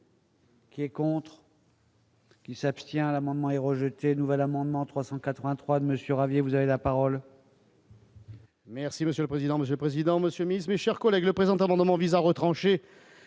Qui est contre qui s'abstient l'amendement est rejeté, nouvel amendement 382 Monsieur Ravier, vous avez la parole. Merci monsieur le président, Monsieur le président, Monsieur le Ministre, mes chers collègues, le présent amendement vise à retrancher